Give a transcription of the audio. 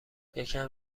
یکم